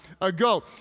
ago